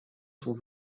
sont